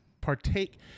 partake